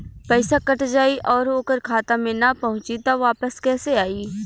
पईसा कट जाई और ओकर खाता मे ना पहुंची त वापस कैसे आई?